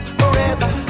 forever